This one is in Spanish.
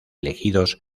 elegidos